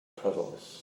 puddles